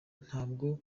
ntabwo